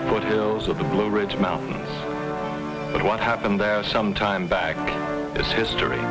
foothills of the blue ridge mountains but what happened there some time back it's history